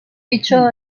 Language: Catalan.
pitjor